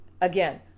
again